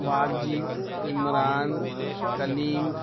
Wajid Imran کلیم